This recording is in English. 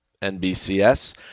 NBCS